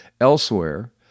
elsewhere